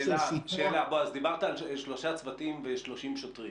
בועז, דיברת על שלושה צוותים ו-30 שוטרים.